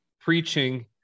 preaching